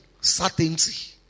certainty